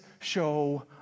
show